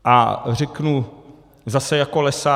A řeknu zase jako lesák.